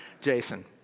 Jason